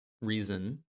reason